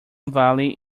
valley